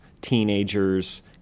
teenagers